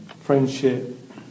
Friendship